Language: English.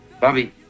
Bobby